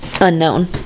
unknown